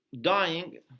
dying